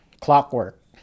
clockwork